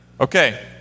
Okay